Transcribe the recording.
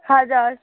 হাজার